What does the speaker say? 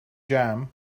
jam